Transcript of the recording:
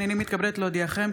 הינני מתכבדת להודיעכם,